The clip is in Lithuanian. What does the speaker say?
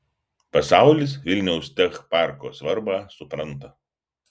pasaulis vilniaus tech parko svarbą supranta